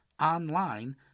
online